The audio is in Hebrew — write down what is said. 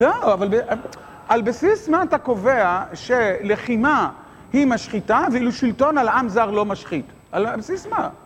לא, אבל על בסיס מה אתה קובע שלחימה היא משחיתה, ואילו שלטון על עם זר לא משחית? על בסיס מה?